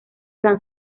san